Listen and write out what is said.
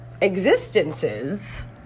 existences